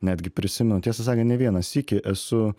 netgi prisimenu tiesą sakant ne vieną sykį esu